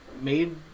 made